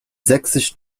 sächsisch